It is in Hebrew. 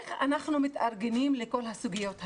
איך אנחנו מתארגנים לכל הסוגיות האלו?